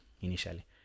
initially